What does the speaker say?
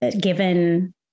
given